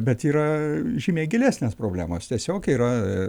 bet yra žymiai gilesnės problemos tiesiog yra